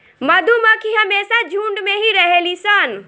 मधुमक्खी हमेशा झुण्ड में ही रहेली सन